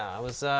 i was